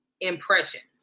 impressions